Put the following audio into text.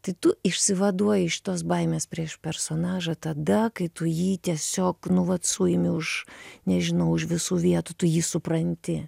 tai tu išsivaduoji iš šitos baimės prieš personažą tada kai tu jį tiesiog nu vat suimi už nežinau už visų vietų tu jį supranti